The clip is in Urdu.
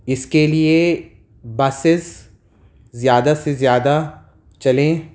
اس کے لیے بسیس زیادہ سے زیادہ چلیں